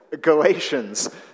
Galatians